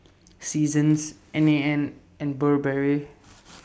Seasons N A N and Burberry